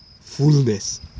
fullness